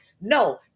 No